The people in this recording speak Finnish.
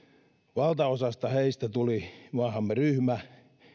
valtaosasta heistä tuli maahamme ryhmä